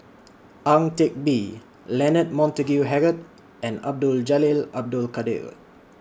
Ang Teck Bee Leonard Montague Harrod and Abdul Jalil Abdul Kadir